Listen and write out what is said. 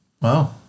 Wow